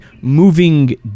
moving